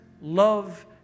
love